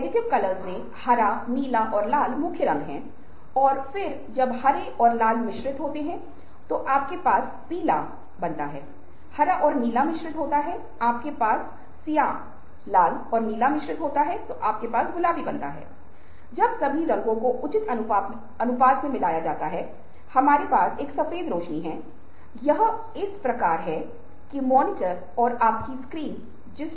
और वे आंतरिक रूप से प्रेरित होते हैं कार्य की चुनौती उनके लिए पैसे या बैठक की समय सीमा या एक सुरक्षित नौकरी से अधिक प्रेरित होती है